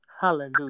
Hallelujah